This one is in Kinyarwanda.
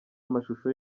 amashusho